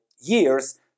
years